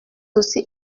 aussi